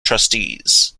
trustees